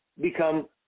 become